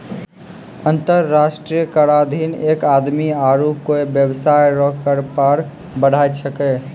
अंतर्राष्ट्रीय कराधीन एक आदमी आरू कोय बेबसाय रो कर पर पढ़ाय छैकै